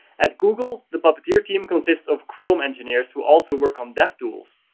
at google, the puppeteer team consists of chrome engineers who also work on devtools.